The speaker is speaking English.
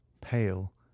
Pale